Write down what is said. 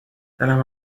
دلم